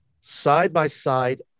side-by-side